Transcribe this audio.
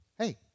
hey